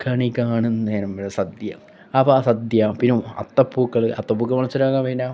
കണി കാണും നേരം ഇവിടെ സദ്യ അപ്പോൾ സദ്യ പിന്നെ അത്തപൂക്കൾ അത്തപ്പൂക്കള മത്സരമൊക്കെ പിന്നെ